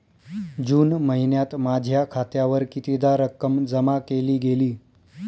जून महिन्यात माझ्या खात्यावर कितीदा रक्कम जमा केली गेली?